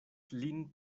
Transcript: lin